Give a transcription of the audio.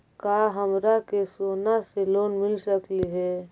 का हमरा के सोना से लोन मिल सकली हे?